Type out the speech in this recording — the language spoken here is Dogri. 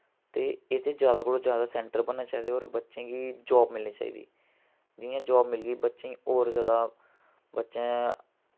ते एह्दे जैदा कोला जैदा सैंटर बनने चाहिदे और बच्चें गी जाब मिलनी चाहिदी जि'यां जाब मिलगी बच्चें होर जैदा बच्चे